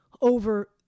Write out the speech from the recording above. over